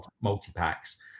multi-packs